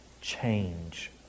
change